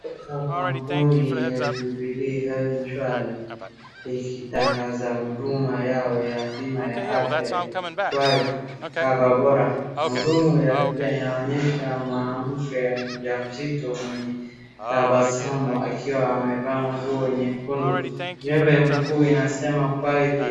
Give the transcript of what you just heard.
Kampuni ya Jubilee Health Insurance likitangaza huduma yao ya bima ya afya iiitwayo cover Bora. Mahudumu ya picha yanaonyesha mwanamke mjamzito mwenye tabasamu akiwa amevaa nguo nyekundu. Vyembe mkuu inasema kuwa eti.